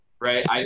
right